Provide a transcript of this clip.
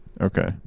Okay